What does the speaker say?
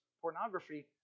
pornography